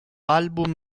album